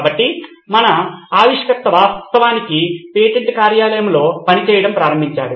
కాబట్టి మన ఆవిష్కర్త వాస్తవానికి పేటెంట్ కార్యాలయంలో పనిచేయడం ప్రారంభించాడు